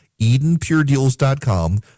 EdenPureDeals.com